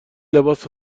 لباس